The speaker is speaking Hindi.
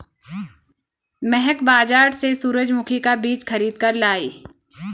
महक बाजार से सूरजमुखी का बीज खरीद कर लाई